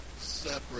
separate